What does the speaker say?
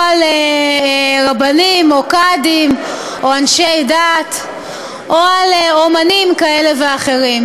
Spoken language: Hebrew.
או על רבנים או קאדים או אנשי דת או על אמנים כאלה ואחרים.